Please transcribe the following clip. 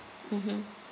mmhmm